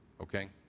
okay